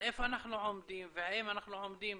איפה אנחנו עומדים והאם אנחנו עומדים